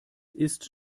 ist